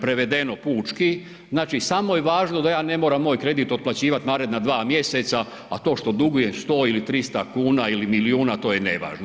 Prevedeno pučki znači samo je važno da ja ne moram moj kredit otplaćivati naredna mjeseca a to što dugujem 100 ili 300 kuna ili milijuna to je nevažno.